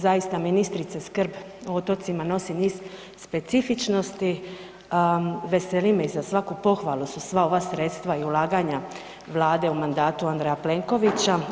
Zaista ministrice skrb o otocima nosi niz specifičnosti, veseli me i za svaku pohvalu su sva ova sredstva i ulaganja Vlade u mandatu Andreja Plenkovića.